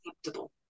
acceptable